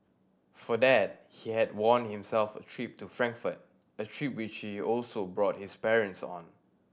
for that he had won himself a trip to Frankfurt a trip which he also brought his parents on